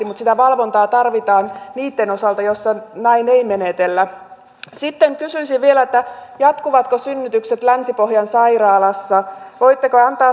mutta sitä valvontaa tarvitaan niitten osalta joissa näin ei menetellä sitten kysyisin vielä jatkuvatko synnytykset länsi pohjan sairaalassa voitteko antaa